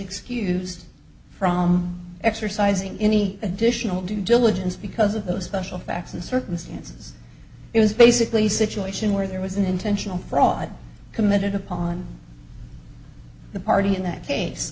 excused from exercising any additional due diligence because of those special facts and circumstances it was basically a situation where there was an intentional fraud committed upon the party in that case